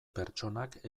pertsonak